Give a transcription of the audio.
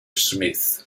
smith